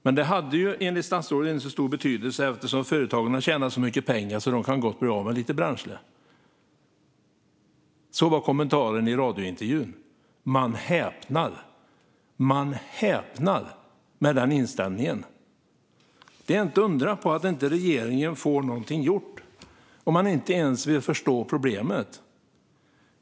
Men enligt statsrådet hade det inte särskilt stor betydelse eftersom företagen tjänar så mycket pengar att de gott kan bli av med lite bränsle. Så löd kommentaren i radiointervjun. Man häpnar över en sådan inställning. Inte undra på att regeringen inte får något gjort när den inte ens vill förstå problemet!